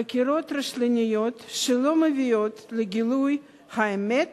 חקירות רשלניות שלא מביאות לגילוי האמת